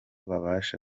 babasha